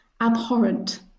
Abhorrent